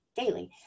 daily